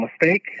mistake